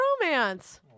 romance